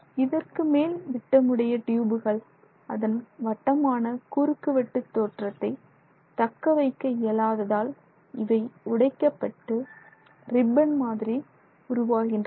இதற்குமேல் விட்டமுடைய டியூபுகள் அதன் வட்டமான குறுக்கு வெட்டுத் தோற்றத்தை தக்க வைக்க இயலாததால் இவை உடைக்கப்பட்டு ரிப்பன் மாதிரி உருவாகின்றன